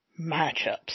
matchups